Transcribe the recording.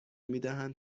میدهند